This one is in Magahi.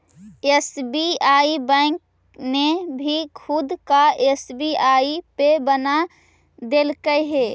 एस.बी.आई बैंक ने भी खुद का एस.बी.आई पे बना देलकइ हे